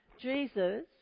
Jesus